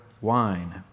wine